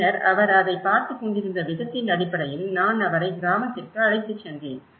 பின்னர் அவர் அதைப் பார்த்துக் கொண்டிருந்த விதத்தின் அடிப்படையில் நான் அவரை கிராமத்திற்கு அழைத்துச் சென்றேன்